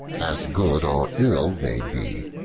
as good or ill they be.